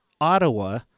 Ottawa